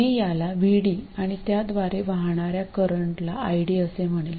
मी याला VD आणि त्याद्वारे वाहणाऱ्या करंटला ID असे म्हणेल